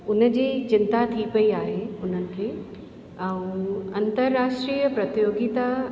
उन जी चिंता थी पई आहे उन्हनि खे ऐं अंतर्राष्ट्रीय प्रतियोगिता